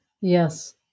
Yes